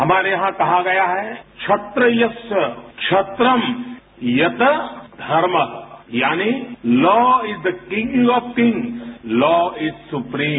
हमारे यहां कहा गया है कि क्षत्रीय क्षत्रम यत धर्मा यानि law is the kings of kings law is supreme